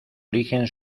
origen